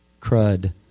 crud